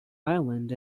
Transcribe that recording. island